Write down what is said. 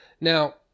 Now